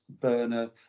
burner